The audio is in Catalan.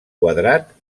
quadrat